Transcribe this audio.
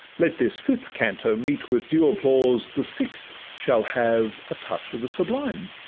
let this fifth canto meet with due applause, the sixth shall have a touch of the sublime